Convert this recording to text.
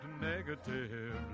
negative